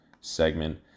segment